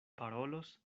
parolos